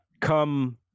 come